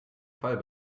fall